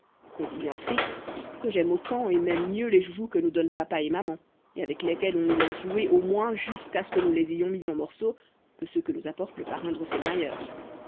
continua fritz que j'aime autant et même mieux les joujoux que nous donnent papa et maman et avec lesquels on nous laisse jouer au moins jusqu'à ce que nous les ayons mis en morceaux que ceux que nous apporte le parrain